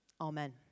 amen